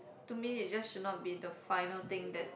to me it's just should not be the final thing that